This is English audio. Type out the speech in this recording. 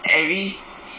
every